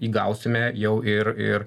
įgausime jau ir ir